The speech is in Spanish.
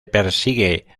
persigue